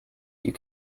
you